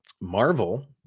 Marvel